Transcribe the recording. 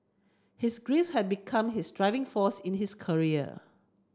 his grief had become his driving force in his career